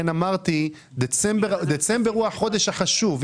דצמבר הוא החודש החשוב.